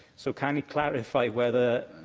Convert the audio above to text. so, can he clarify whether,